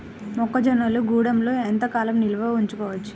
మొక్క జొన్నలు గూడంలో ఎంత కాలం నిల్వ చేసుకోవచ్చు?